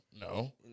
No